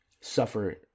suffer